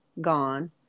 gone